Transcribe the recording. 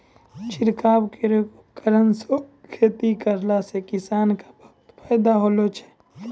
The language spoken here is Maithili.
छिड़काव केरो उपकरण सँ खेती करला सें किसानो क बहुत फायदा होलो छै